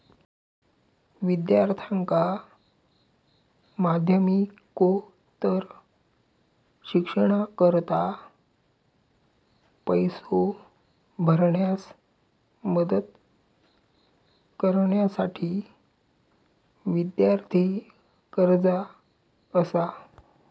विद्यार्थ्यांका माध्यमिकोत्तर शिक्षणाकरता पैसो भरण्यास मदत करण्यासाठी विद्यार्थी कर्जा असा